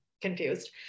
confused